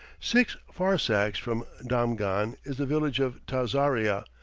six farsakhs from damghan is the village of tazaria,